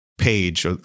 page